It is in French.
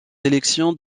élections